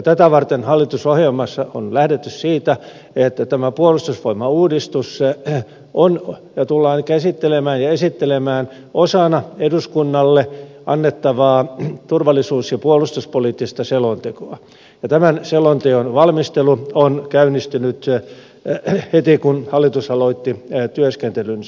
tätä varten hallitusohjelmassa on lähdetty siitä että tämä puolustusvoimauudistus tullaan käsittelemään ja esittelemään osana eduskunnalle annettavaa turvallisuus ja puolustuspoliittista selontekoa ja tämän selonteon valmistelu on käynnistynyt heti kun hallitus aloitti työskentelynsä